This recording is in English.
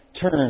Turn